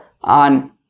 on